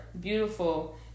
Beautiful